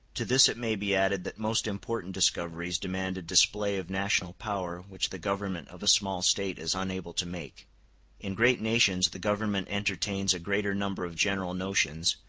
to this it may be added that most important discoveries demand a display of national power which the government of a small state is unable to make in great nations the government entertains a greater number of general notions,